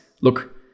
look